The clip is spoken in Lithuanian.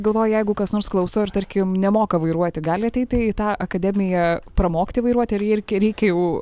galvoju jeigu kas nors klauso ir tarkim nemoka vairuoti gali ateiti į tą akademiją pramokti vairuoti ir jei kai reikia jau